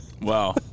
Wow